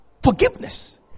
forgiveness